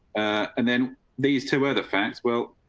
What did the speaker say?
and then these two other facts? well,